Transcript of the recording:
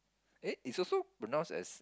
eh is also pronounce as